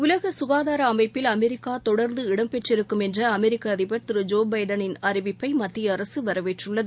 உலகசுகாதாரஅமைப்பில் அமெரிக்காதொடர்ந்து இடம் பெற்றிருக்கும் என்றஅமெரிக்கஅதிபர் திருஜோபைடனின் அறிவிப்பைமத்தியஅரசுவரவேற்றுள்ளது